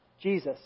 Jesus